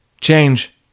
change